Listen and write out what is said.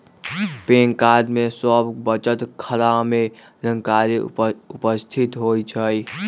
pan card में सभ बचत खता के जानकारी उपस्थित होइ छइ